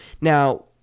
now